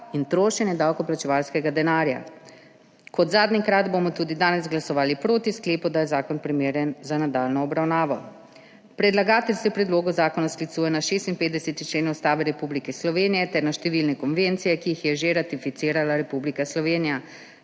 in trošenje davkoplačevalskega denarja. Kot zadnjikrat bomo tudi danes glasovali proti sklepu, da je zakon primeren za nadaljnjo obravnavo. Predlagatelj se v predlogu zakona sklicuje na 56. člen Ustave Republike Slovenije ter na številne konvencije, ki jih je že ratificirala Republika Slovenija.